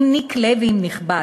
אם נקלה ואם נכבד".